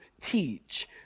teach